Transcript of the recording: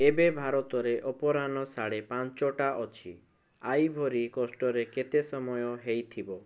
ଏବେ ଭାରତରେ ଅପରାହ୍ନ ସାଢ଼େ ପାଞ୍ଚଟା ଅଛି ଆଇଭରି କୋଷ୍ଟରେ କେତେ ସମୟ ହେଇଥିବ